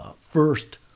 first